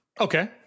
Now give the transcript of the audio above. okay